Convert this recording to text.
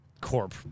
corp